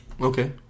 Okay